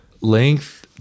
Length